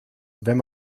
wenn